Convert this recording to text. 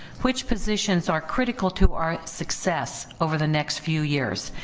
which positions are critical to our success over the next few years,